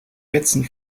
fetzen